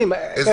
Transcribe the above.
קניינו.